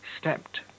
stepped